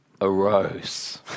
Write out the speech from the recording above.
arose